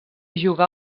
jugà